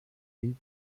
die